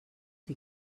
dir